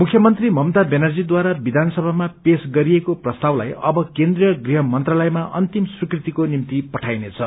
मुख्यमन्त्री ममता व्यानर्जीद्वारा विधानसभामा पेश गरिएको प्रस्तावलाई अब केन्द्रीय गृह मंत्रालयमा अन्तिम स्वीकृतिको निम्ति पठाइनेछ